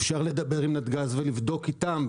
אפשר לדבר עם נתגז ולבדוק אתם.